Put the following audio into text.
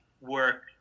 work